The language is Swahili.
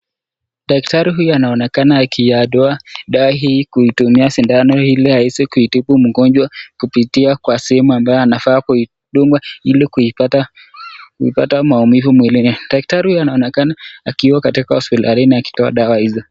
Daktari huyu anaonekana akihadoa dawa hii kuitumia sindano ili aweze kumtibu mgonjwa kupitia kwa sehemu ambayo anafaa kuidunga ili kuipata maumivu mwilini. Daktari huyu anaonekana akiwa katika hospitali na akitoa dawa hizo.